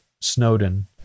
snowden